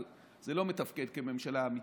אבל זה לא מתפקד כממשלה אמיתית,